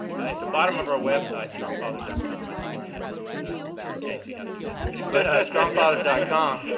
at the bottom of our website, strongfathers dot com i just learned that from carey casey how to do that but strongfathers dot com